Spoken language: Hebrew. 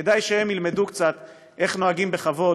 כדאי שהם ילמדו קצת איך נוהגים בכבוד,